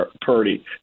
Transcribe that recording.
Purdy